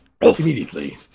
Immediately